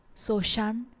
so shun,